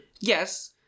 yes